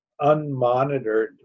unmonitored